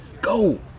Go